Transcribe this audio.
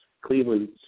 Cleveland